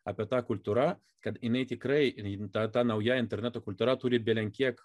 apie tą kultūra kad jinai tikrai rimta ta nauja interneto kultūra turi belenkiek